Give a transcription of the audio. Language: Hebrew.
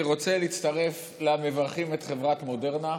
אני רוצה להצטרף למברכים את חברת מודרנה.